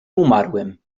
umarłym